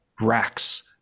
racks